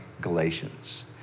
Galatians